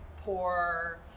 poor